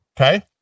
Okay